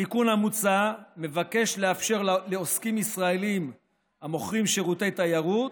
התיקון המוצע מבקש לאפשר לעוסקים ישראלים המוכרים שירותי תיירות